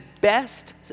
best